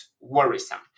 worrisome